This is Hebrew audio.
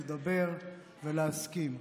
לדבר ולהסכים.